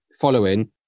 following